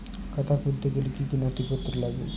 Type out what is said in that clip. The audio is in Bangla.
খাতা খুলতে গেলে কি কি নথিপত্র লাগে?